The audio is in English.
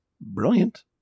Brilliant